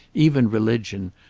even religion,